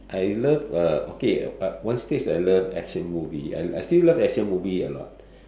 I love uh okay uh one stage I love action movie I I still love action movie a lot